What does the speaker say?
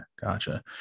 Gotcha